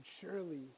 Surely